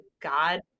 God